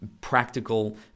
practical